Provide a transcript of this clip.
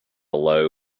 low